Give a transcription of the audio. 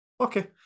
Okay